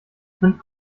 fünf